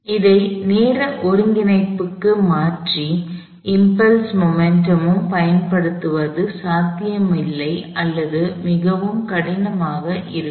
இதை நேர ஒருங்கிணைப்புக்கு மாற்றி இம்பலஸ் மொமெண்ட்டும் ஐ பயன்படுத்துவது சாத்தியமில்லை அல்லது மிகவும் கடினமாக இருக்கும்